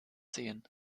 sehen